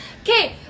Okay